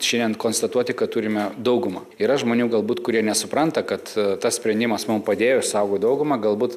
šiandien konstatuoti kad turime daugumą yra žmonių galbūt kurie nesupranta kad tas sprendimas mum padėjo išsaugot daugumą galbūt